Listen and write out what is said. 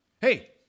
Hey